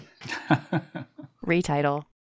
Retitle